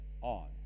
on